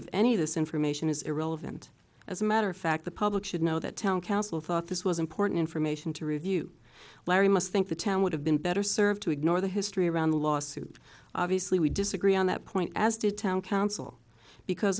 of any of this information is irrelevant as a matter of fact the public should know that town council thought this was important information to review larry must think the town would have been better served to ignore the history around the lawsuit obviously we disagree on that point as did town council because